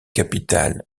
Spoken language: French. capitales